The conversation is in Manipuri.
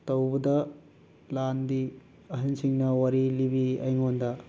ꯇꯧꯕꯗ ꯂꯥꯟꯗꯤ ꯑꯍꯟꯁꯤꯡꯅ ꯋꯥꯔꯤ ꯂꯤꯕꯤ ꯑꯩꯉꯣꯟꯗ